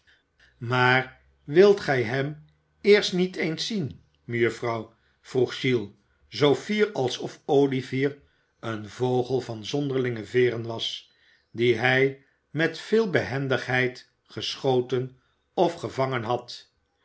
maar wilt gij hem eerst niet eens zien mejuffrouw vroeg giles zoo fier alsof olivier een vogel van zonderlinge veeren was dien hij met veel behendigheid geschoten of gevangen had